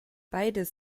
beides